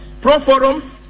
pro-forum